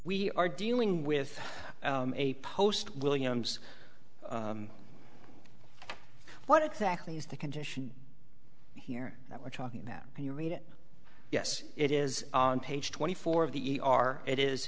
we are dealing with a post williams what exactly is the condition here that we're talking about when you read it yes it is on page twenty four of the e r it is